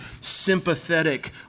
sympathetic